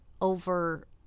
over